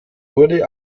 wurde